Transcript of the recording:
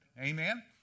Amen